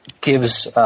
gives –